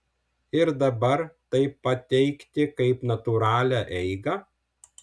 ir dabar tai pateikti kaip natūralią eigą